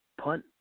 Punt